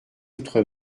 outre